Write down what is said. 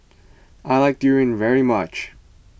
I like Durian very much